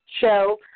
show